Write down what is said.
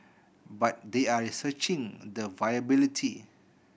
but they are researching the viability